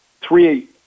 three